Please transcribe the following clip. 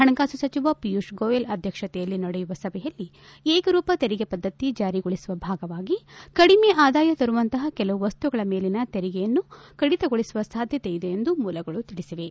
ಹಣಕಾಸು ಸಚಿವ ಪಿಯೂಷ್ ಗೋಯಲ್ ಅಧ್ಯಕ್ಷತೆಯಲ್ಲಿ ನಡೆಯುವ ಸಭೆಯಲ್ಲಿ ಏಕರೂಪ ತೆರಿಗೆ ಪದ್ದತಿ ಜಾರಿಗೊಳಿಸುವ ಭಾಗವಾಗಿ ಕಡಿಮೆ ಆದಾಯ ತರುವಂತಹ ಕೆಲವು ವಸ್ತುಗಳ ಮೇಲಿನ ತೆರಿಗೆಯನ್ನು ಕಡಿತಗೊಳಿಸುವ ಸಾಧ್ಯತೆಯಿದೆ ಎಂದು ಮೂಲಗಳು ತಿಳಿಸಿವೆ